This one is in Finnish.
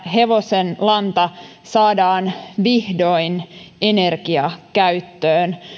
hevosenlanta saadaan vihdoin energiakäyttöön